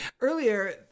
Earlier